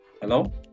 Hello